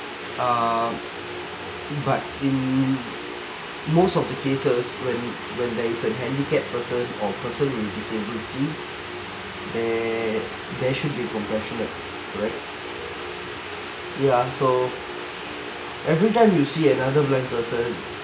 err but in most of the cases when when there is a handicap person or person with disability err they should be compassionate right ya so every time you see another blind person